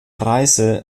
reise